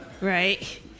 right